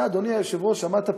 אתה, אדוני היושב-ראש, שמעת "פסגה"